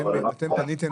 אתם פניתם